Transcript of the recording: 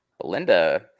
Belinda